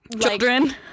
children